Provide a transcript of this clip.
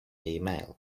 email